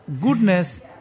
goodness